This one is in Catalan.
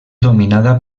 dominada